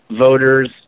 voters